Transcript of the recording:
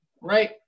right